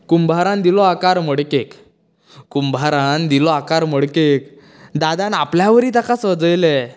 कुंभारान दिलो आकार मडकेक कुंभारान दिलो आकार मडकेक दादान आपल्या वरी ताका सजयलें